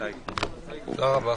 תודה רבה.